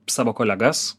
savo kolegas